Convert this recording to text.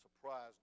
surprised